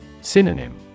Synonym